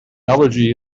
allergy